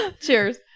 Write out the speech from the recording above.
Cheers